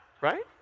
right